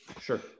Sure